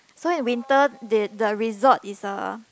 so in winter they the resort is a